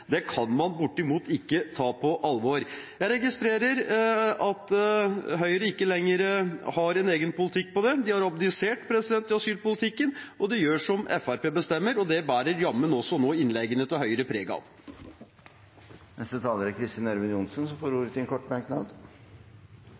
Det kan man bortimot ikke ta på alvor. Jeg registrerer at Høyre ikke lenger har en egen politikk om dette, de har abdisert i asylpolitikken og gjør som Fremskrittspartiet bestemmer. Det bærer jammen også innleggene til Høyre nå preg av. Representanten Kristin Ørmen Johnsen har hatt ordet to ganger tidligere og får